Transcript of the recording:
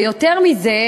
ויותר מזה,